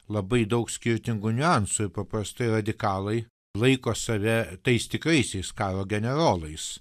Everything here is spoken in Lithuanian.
labai daug skirtingų niuansų ir paprastai radikalai laiko save tais tikraisiais karo generolais